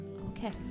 Okay